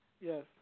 Yes